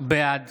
בעד